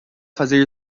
fazer